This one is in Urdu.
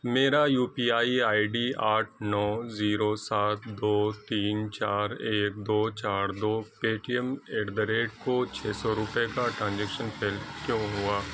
میرا U P I I D آٹھ نو زیرو سات دو تین چار ایک دو چار دو Paytm at the rate کو چھ سو روپے کا ٹرانجیکشن فیل کیوں ہوا